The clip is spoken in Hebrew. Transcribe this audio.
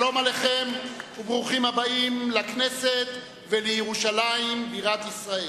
שלום עליכם וברוכים הבאים לכנסת ולירושלים בירת ישראל.